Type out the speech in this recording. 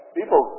People